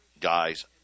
guys